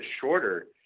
shorter